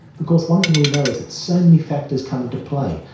because one thing we know is that so many factors come into play,